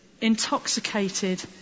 intoxicated